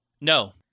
No